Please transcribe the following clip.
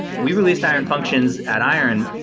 we released iron functions at iron,